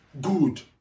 good